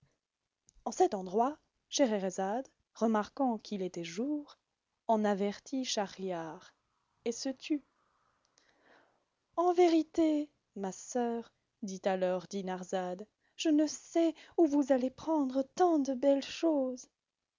en cet endroit scheherazade remarquant qu'il était jour en avertit schahriar et se tut en vérité ma soeur dit alors dinarzade je ne sais où vous allez prendre tant de belles choses